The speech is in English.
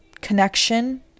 connection